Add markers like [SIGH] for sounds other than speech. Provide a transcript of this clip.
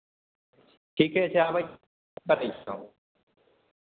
ठीके छै अबै छी [UNINTELLIGIBLE] देखै छी हम